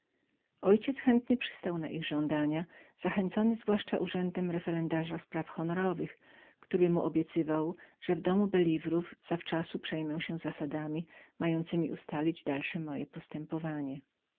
ojciec mój chętnie przystał na ich żądania zachęcony zwłaszcza urzędem obrońcy przy trybunale honorowym który mu obiecywał że w domu belivrów zawczasu przejmę się zasadami mającemi ustalić dalsze moje postępowanie